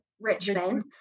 Richmond